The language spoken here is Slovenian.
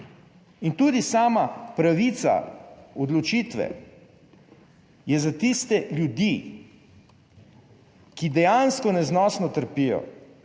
In tudi sama pravica odločitve je za tiste ljudi, ki dejansko neznosno trpijo,